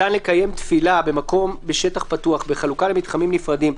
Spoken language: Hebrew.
ניתן לקיים תפילה במקום בשטח פתוח בחלוקה למתחמים נפרדים,